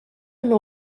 nhw